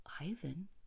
Ivan